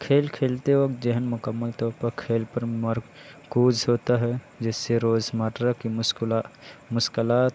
کھیل کھیلتے وقت ذہن مکمل طور پر کھیل پر مرکوز ہوتا ہے جس سے روزمرہ کی مسکلات